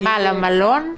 למלון?